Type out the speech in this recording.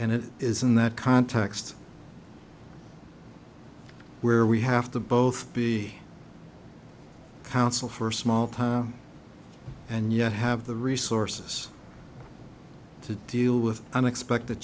and it is in that context where we have to both be counsel for small time and yet have the resources to deal with unexpected